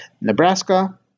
Nebraska